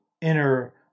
inner